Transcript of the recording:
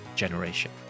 Generation